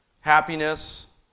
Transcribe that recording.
happiness